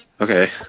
Okay